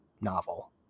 novel